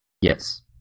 Yes